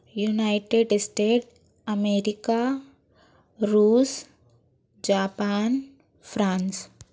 United States America Russia Japan France